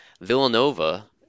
Villanova